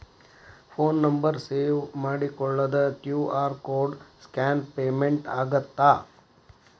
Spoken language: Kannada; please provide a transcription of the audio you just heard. ಫೋನ್ ನಂಬರ್ ಸೇವ್ ಮಾಡಿಕೊಳ್ಳದ ಕ್ಯೂ.ಆರ್ ಕೋಡ್ ಸ್ಕ್ಯಾನ್ ಪೇಮೆಂಟ್ ಆಗತ್ತಾ?